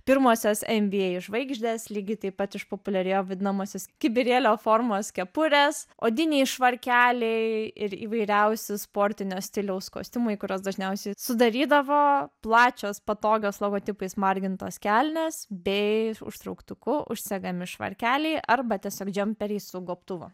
pirmosios nba žvaigždės lygiai taip pat išpopuliarėjo vadinamasis kibirėlio formos kepurės odiniai švarkeliai ir įvairiausi sportinio stiliaus kostiumai kuriuos dažniausiai sudarydavo plačios patogios logotipais margintos kelnės bei užtrauktuku užsegami švarkeliai arba tiesiog džemperiai su gobtuvu